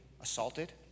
assaulted